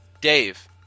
Dave